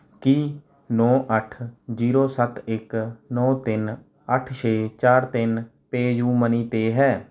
ਕੀ ਨੌਂ ਅੱਠ ਜ਼ੀਰੋ ਸੱਤ ਇੱਕ ਨੌਂ ਤਿੰਨ ਅੱਠ ਛੇ ਚਾਰ ਤਿੰਨ ਪੇਯੂਮਨੀ 'ਤੇ ਹੈ